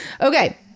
Okay